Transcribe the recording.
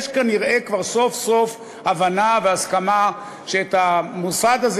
יש כנראה כבר סוף-סוף הבנה והסכמה שעל המוסד הזה